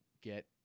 get